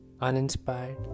Uninspired